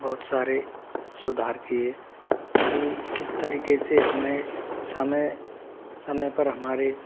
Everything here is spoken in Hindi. बहुत सारे सुधार किए कि किस तरीके से हमने समय समय पर हमारे